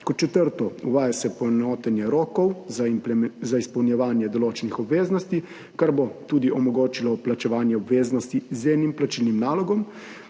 Kot četrto, uvaja se poenotenje rokov za izpolnjevanje določenih obveznosti, kar bo tudi omogočilo plačevanje obveznosti z enim plačilnim nalogom.